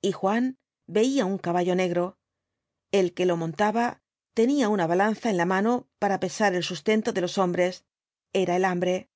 y juan veía un caballo negro el que lo montaba tenía una balanza en la mano para pesar el sustento de los hombres era el hambre